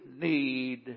need